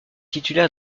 titulaire